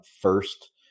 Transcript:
first